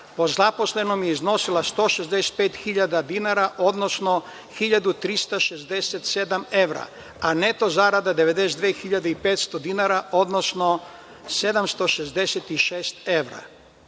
po zaposlenom je iznosila 165 hiljada dinara, odnosno 1.367 evra, a neto zarada 92.500 dinara, odnosno 766 evra.